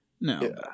No